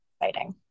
exciting